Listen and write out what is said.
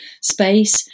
space